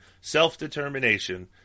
self-determination